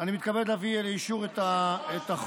אני מתכבד להביא לאישור את החוק